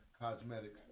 Cosmetics